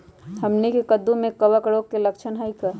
हमनी के कददु में कवक रोग के लक्षण हई का करी?